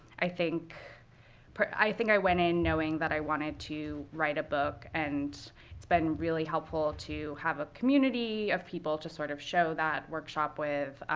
i think i think i went in knowing that i wanted to write a book. and it's been really helpful to have a community of people to, sort of, show that, workshop with,